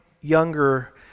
younger